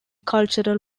cultural